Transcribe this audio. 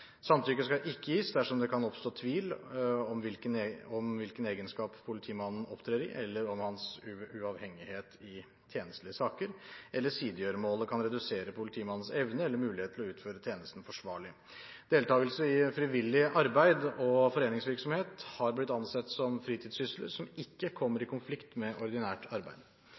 Samtykke skal ikke gis dersom det kan oppstå tvil om hvilken egenskap politimannen opptrer i, eller om hans uavhengighet i tjenstlige saker, eller om sidegjøremålet kan redusere politimannens evne eller mulighet til å utføre tjenesten forsvarlig. Deltakelse i frivillig arbeid og foreningsvirksomhet er blitt ansett som fritidssysler som ikke kommer i konflikt med ordinært arbeid.